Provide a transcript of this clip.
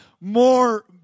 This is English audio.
more